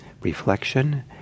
reflection